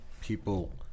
people